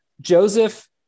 Joseph